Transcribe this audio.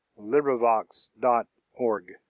LibriVox.org